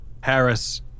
Harris